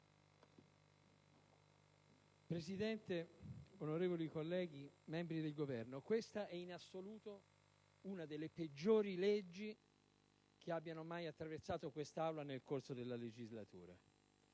Presidente, onorevoli colleghi, signor rappresentante del Governo, questa è, in assoluto, una delle peggiori leggi che abbiano mai attraversato quest'Aula nel corso della legislatura.